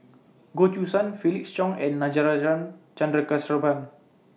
Goh Choo San Felix Cheong and Natarajan Chandrasekaran